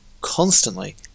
constantly